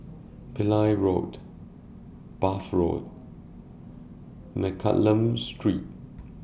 Pillai Road Bath Road and Mccallum Street